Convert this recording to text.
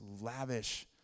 lavish